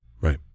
right